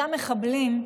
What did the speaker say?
אותם מחבלים,